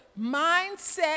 mindset